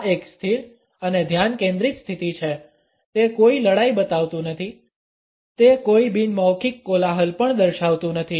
આ એક સ્થિર અને ધ્યાન કેન્દ્રિત સ્થિતિ છે તે કોઈ લડાઈ બતાવતું નથી તે કોઈ બિન મૌખિક કોલાહલ પણ દર્શાવતું નથી